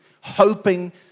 hoping